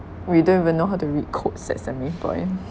we don't even know how to read codes that's the main point